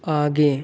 आगे